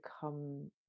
become